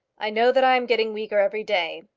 i know that i am getting weaker every day,